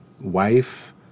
wife